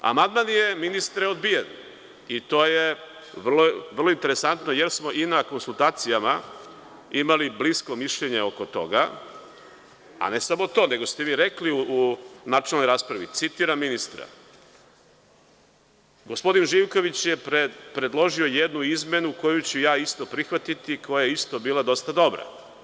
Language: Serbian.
Amandman je, ministre, odbijen i to je vrlo interesantno, jer smo i na konsultacijama imali blisko mišljenje oko toga, a ne samo to, nego ste vi rekli u načelnoj raspravi, citiram ministra – gospodin Živković je predložio jednu izmenu koju ću ja isto prihvatiti, koja je isto bila dosta dobra.